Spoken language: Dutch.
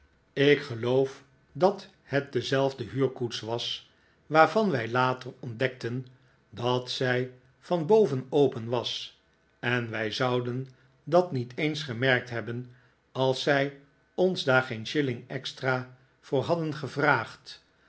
ik geloof dat het dezelfnikolaas nickleby de huurkoets was waarvan wij later ontdekten dat zij van boven open was en wij zouden dat niet eens gemerkt hebben als zij ons daar geen shilling extra voor hadden gevraagd